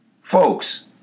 Folks